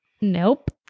Nope